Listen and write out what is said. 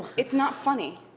it's not funny.